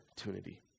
opportunity